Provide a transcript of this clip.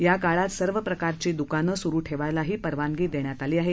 या काळात सर्व प्रकारची द्दकानं सुरू ठेवण्यासही परवानगी देण्यात आली आहे